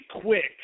quick